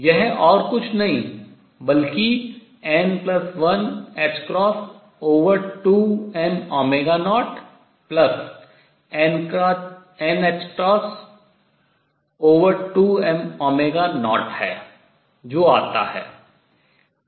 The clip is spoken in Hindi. यह और कुछ नहीं बल्कि n12m0nℏ2m0 है जो आता है